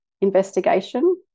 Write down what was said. investigation